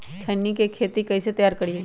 खैनी के खेत कइसे तैयार करिए?